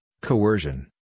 coercion